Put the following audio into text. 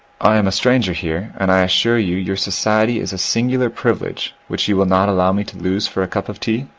i am a stranger here, and i assure you your society is a singular privilege which you will not allow me to lose for a cup of tea?